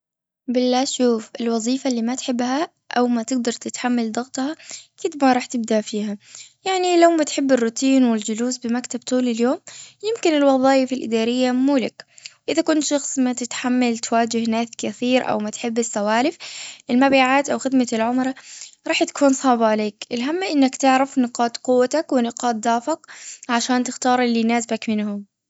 بالله شوف الوظيفة اللي ما تحبها أو ما تقدر تتحمل ضغطها أكيد ما راح تبدع فيها. يعني لو ما تحب الروتين والجلوس بمكتب طول اليوم يمكن الوظايف الأدارية مو لك. إذا كنت شخص ما تتحمل تواجه كثير أو ما تحب السوالف. المبيعات أو خدمة العملاء راح تكون صعبة المهم أنك تعرف نقاط قوتك ونقاط ضعفك عشان تختار اللي يناسبك منهم.